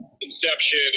Inception